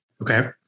okay